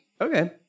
okay